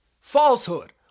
falsehood